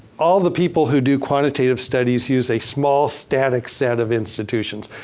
all the people who do quantitative studies use a small, static set of institutions.